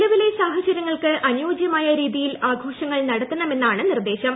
നിലവിലെ സാഹര്യങ്ങൾക്ക് അനുയോജ്യമായ രീതിയിൽ ആഘോഷങ്ങൾ നടത്തണമെന്നാണ് നിർദ്ദേശം